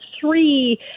three